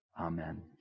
Amen